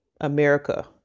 America